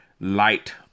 light